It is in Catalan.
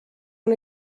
una